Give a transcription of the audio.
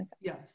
yes